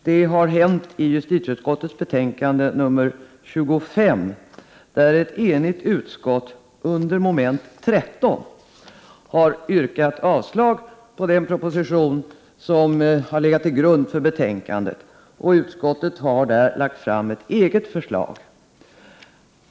Det har skett i justitieutskottets betänkande nr 25, där ett enigt utskott under mom. 13 har yrkat avslag på den proposition som ligger till grund för betänkandet. Utskottet har där lagt fram ett eget förslag.